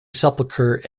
sepulchre